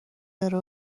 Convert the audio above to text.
داره